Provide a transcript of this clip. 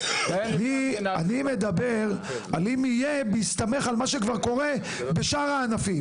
אני מדבר על אם יהיה בהסתמך על מה שכבר קורה בשאר הענפים.